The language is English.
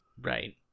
Right